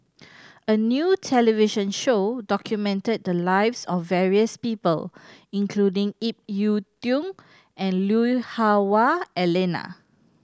a new television show documented the lives of various people including Ip Yiu Tung and Lui Hah Wah Elena